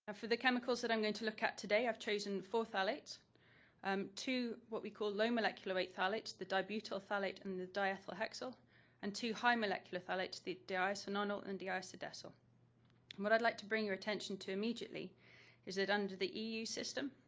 but for the chemicals that i'm going to look today i've chosen four phthalates um two what we call low molecular weight phthalates the dibutyl phthalate and the diethylhexyl and two high molecular phthalates the di-isononyl and the ah diisodecyl. so and what i'd like to bring your attention to immediately is that under the eu system,